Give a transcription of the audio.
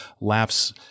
laughs –